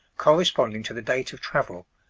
corresponding to the date of travel,